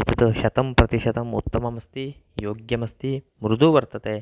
एषा शतं प्रतिशतम् उत्तमा अस्ति योग्या स्ति मृदु वर्तते